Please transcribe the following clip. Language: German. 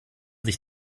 sich